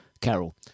Carol